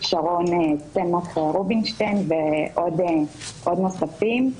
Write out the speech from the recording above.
שרון צמח רובינשטיין, ועוד נוספים.